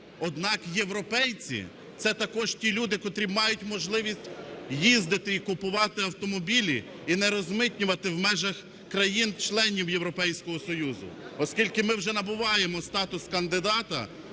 Однак європейці - це також ті люди, котрі мають можливість їздити і купувати автомобілі і не розмитнювати в межах країн-членів Європейського Союзу. Оскільки ми вже набуваємо статус кандидата